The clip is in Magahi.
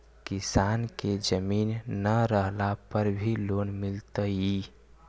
किसान के जमीन न रहला पर भी लोन मिलतइ?